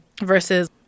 versus